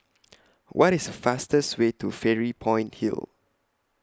What IS The fastest Way to Fairy Point Hill